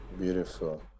Beautiful